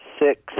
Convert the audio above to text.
six